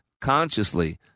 consciously